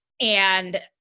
and-